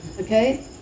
Okay